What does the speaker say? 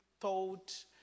thought